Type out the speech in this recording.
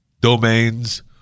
domains